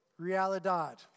Realidad